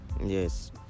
Yes